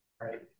right